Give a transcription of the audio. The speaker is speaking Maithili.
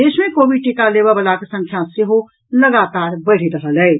देश मे कोविड टीका लेबऽ बलाक संख्या सेहो लगातार बढ़ि रहल अछि